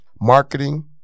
Marketing